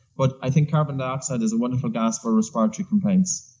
but i think carbon dioxide is a wonderful gas for respiratory complaints